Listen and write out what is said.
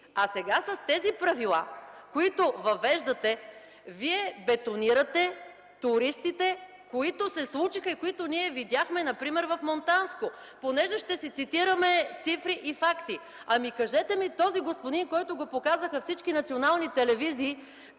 всички! С тези правила, които сега въвеждате, вие бетонирате туристите, които се случиха, и които ние видяхме например в Монтанско. Понеже ще си цитираме цифри и факти: кажете ми, този господин, който го показаха всички национални телевизии,